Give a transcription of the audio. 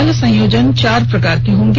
वहीं जल संयोजन चार प्रकार के होंगे